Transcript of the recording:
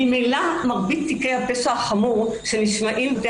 ממילא מרבית תיקי הפשע החמור שנשמעים בבתי